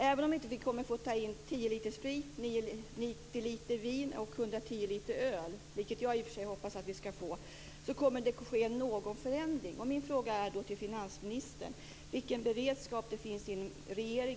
Även om vi inte kommer att få ta in 10 liter sprit, 90 liter vin och 110 liter öl, vilket jag i och för sig hoppas att vi ska få, kommer det att ske någon förändring.